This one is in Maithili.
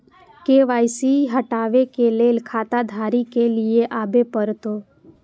के.वाई.सी हटाबै के लैल खाता धारी के भी आबे परतै?